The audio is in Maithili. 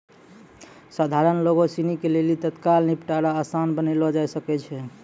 सधारण लोगो सिनी के लेली तत्काल निपटारा असान बनैलो जाय सकै छै